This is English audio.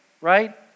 right